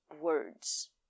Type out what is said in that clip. words